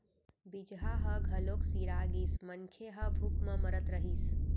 बीजहा ह घलोक सिरा गिस, मनखे ह भूख म मरत रहिस